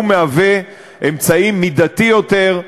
4. הוא אמצעי מידתי יותר,